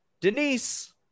Denise